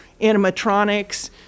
animatronics